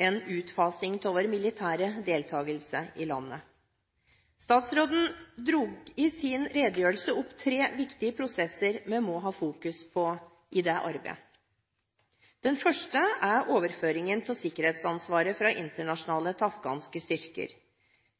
en utfasing av vår militære deltakelse i landet. Statsråden dro i sin redegjørelse opp tre viktige prosesser vi må fokusere på i det arbeidet. Den første er overføringen av sikkerhetsansvaret fra internasjonale til afghanske styrker.